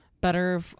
Better